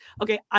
Okay